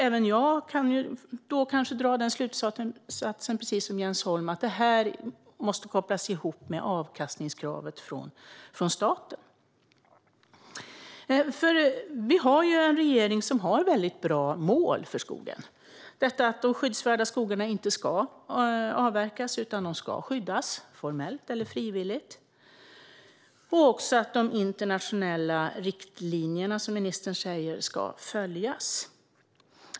Även jag kanske kan dra samma slutsats som Jens Holm, nämligen att det här måste kopplas ihop med avkastningskravet från staten. Vi har ju en regering som har väldigt bra mål för skogen - detta att de skyddsvärda skogarna inte ska avverkas utan skyddas formellt eller frivilligt och att de internationella riktlinjerna ska följas, som ministern säger.